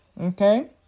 okay